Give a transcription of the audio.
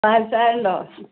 ആ ചായ ഉണ്ടോ